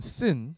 sin